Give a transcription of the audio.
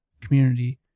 community